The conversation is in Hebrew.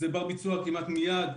זה בר-ביצוע כמעט מייד.